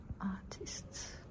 artists